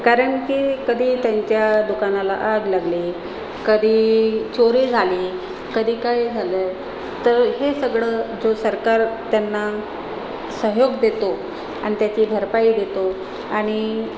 कारण की कधी त्यांच्या दुकानाला आग लागली कधी चोरी झाली कधी काही झालं तर हे सगळं जो सरकार त्यांना सहयोग देतो आणि त्याची भरपाई देतो आणि